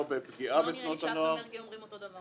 לא נראה לי שאת ומרגי אומרים אותו דבר.